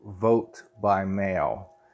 vote-by-mail